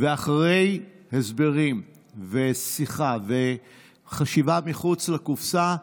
ואחרי הסברים ושיחה וחשיבה מחוץ לקופסה,